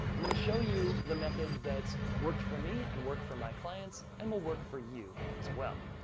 i'm gonna show you the method that's worked for me, and worked for my clients, and will work for you, as well.